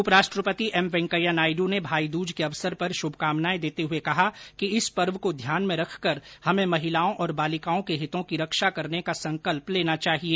उपराष्ट्रपति एम वैकेंया नायडू ने भाईदूज को अवसर पर शुभकामनाए देते हुए कहा कि इस पर्व को ध्यान में रखकर हमें महिलाओं और बालिकाओं के हितों की रक्षा करने का संकल्प लेना चाहिए